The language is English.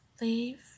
leave